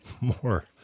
more